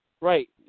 Right